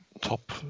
top